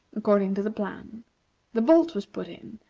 according to the plan the bolt was put in,